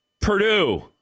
Purdue